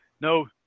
no